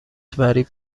فریب